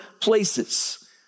places